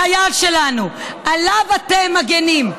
החייל שלנו, עליו אתם מגינים.